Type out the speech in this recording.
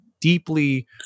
deeply